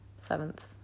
seventh